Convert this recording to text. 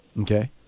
Okay